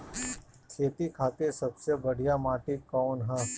खेती खातिर सबसे बढ़िया माटी कवन ह?